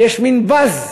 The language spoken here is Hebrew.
יש מין באזז,